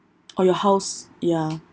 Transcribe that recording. oh your house ya